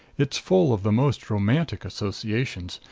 it's full of the most romantic associations.